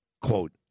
Quote